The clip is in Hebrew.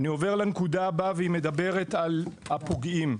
הנקודה הבאה מדברת על הפוגעים.